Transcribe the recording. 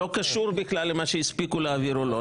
לא קשור בכלל למה שהספיקו להעביר או לא.